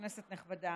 כנסת נכבדה,